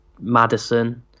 Madison